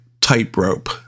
tightrope